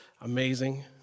amazing